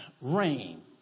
rain